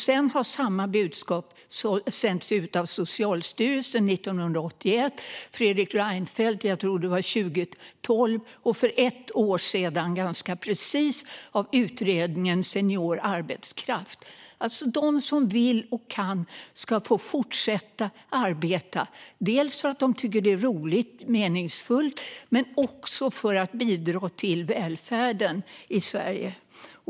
Sedan har samma budskap sänts ut av Socialstyrelsen 1981, av Fredrik Reinfeldt 2012, tror jag det var, och för ganska precis ett år sedan av Delegationen för senior arbetskraft. De som vill och kan ska få fortsätta arbeta, dels för att de tycker att det är roligt och meningsfullt, dels för att bidra till välfärden i Sverige.